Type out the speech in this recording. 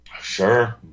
sure